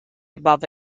above